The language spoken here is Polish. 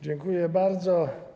Dziękuję bardzo.